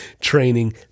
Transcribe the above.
training